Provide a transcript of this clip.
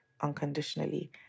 unconditionally